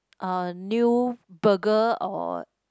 uh new burger or